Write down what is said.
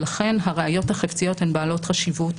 ולכן הראיות החפציות הן בעלות חשיבות